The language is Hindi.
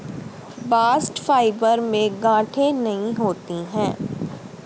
बास्ट फाइबर में गांठे नहीं होती है